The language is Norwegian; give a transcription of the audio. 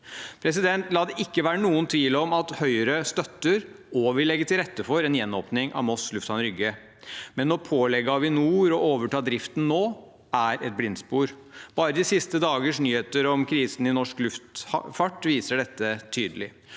La det ikke være noen tvil om at Høyre støtter og vil legge til rette for en gjenåpning av Moss lufthavn, Rygge. Men å pålegge Avinor å overta driften nå er et blindspor. Bare de siste dagers nyheter om krisen i norsk luftfart viser dette tydelig.